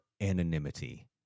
anonymity